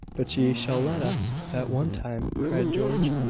but she shall let us, that one time, cried george.